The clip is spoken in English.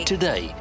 Today